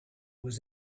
was